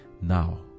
Now